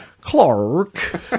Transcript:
Clark